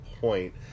point